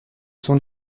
sont